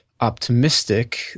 optimistic